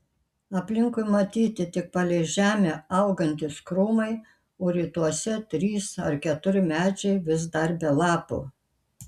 aplinkui matyti tik palei žemę augantys krūmai o rytuose trys ar keturi medžiai vis dar be lapų